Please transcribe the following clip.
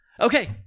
Okay